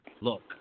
Look